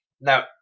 Now